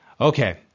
Okay